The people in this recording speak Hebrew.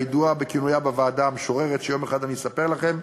הידועה בכינויה בוועדה "המשוררת" יום אחד אני אספר לכם,